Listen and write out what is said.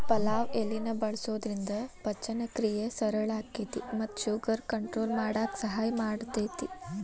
ಪಲಾವ್ ಎಲಿನ ಬಳಸೋದ್ರಿಂದ ಪಚನಕ್ರಿಯೆ ಸರಳ ಆಕ್ಕೆತಿ ಮತ್ತ ಶುಗರ್ ಕಂಟ್ರೋಲ್ ಮಾಡಕ್ ಸಹಾಯ ಮಾಡ್ತೆತಿ